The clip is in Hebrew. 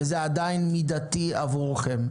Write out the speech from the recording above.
וזה עדיין מידתי עבורכם.